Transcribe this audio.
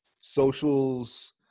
Socials